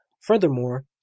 Furthermore